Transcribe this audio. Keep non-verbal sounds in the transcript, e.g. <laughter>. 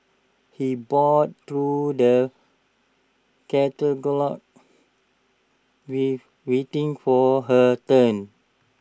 he browsed through the catalogues <unintelligible> waiting for her turn